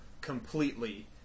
completely